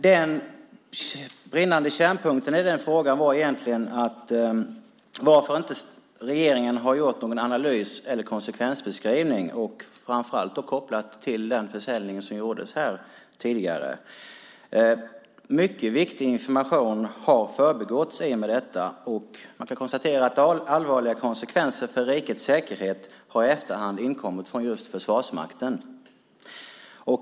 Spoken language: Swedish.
Den brinnande kärnpunkten i min interpellation var egentligen varför regeringen inte har gjort någon analys eller konsekvensbeskrivning, framför allt kopplat till den försäljning som tidigare gjordes. Mycket viktig information har förbigåtts i och med detta. Man kan konstatera att uppgifter om allvarliga konsekvenser för rikets säkerhet i efterhand har inkommit från just Försvarsmakten.